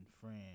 friend